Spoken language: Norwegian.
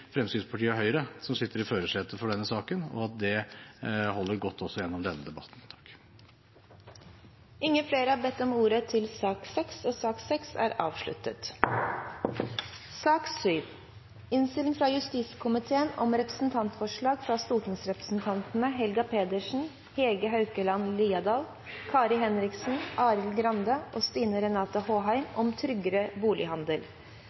Fremskrittspartiet og Høyre som sitter i førersetet for denne saken, og at det holder godt også gjennom denne debatten. Flere har ikke bedt om ordet til sak